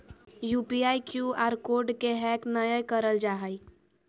UPI, Q R code के hack नयय करल जा हइ